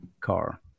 car